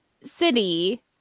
city